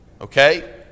Okay